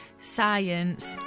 Science